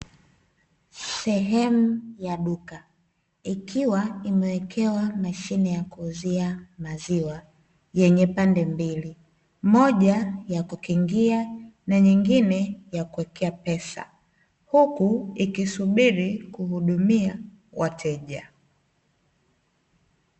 Sehemu ya duka ikiwa imeekewa mashine ya kuuzia maziwa, yenye pande mbili moja ya kukingia na nyingine ya kuwekea pesa huku ikisubiri kuhudumia wateja.